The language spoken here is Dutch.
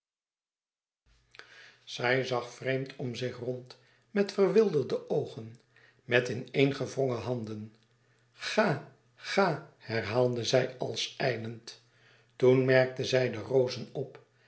zij zag vreemd om zich rond met verwilderde oogen met ineengewrongen handen ga ga herhaalde zij als ijlend toen merkte zij de rozen op